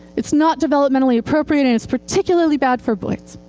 it's not developmentally appropriate, and it's particularly bad for boys.